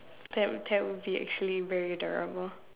that would that would be actually very durable